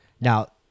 Now